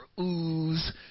ooze